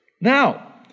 Now